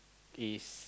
is